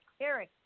Eric